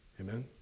Amen